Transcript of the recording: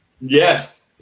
Yes